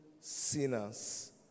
sinners